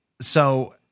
So-